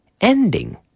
ending